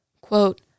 Quote